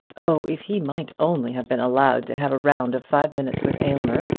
oh if he might only have been allowed to have a round of five minutes with aylmer,